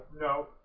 no